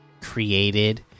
created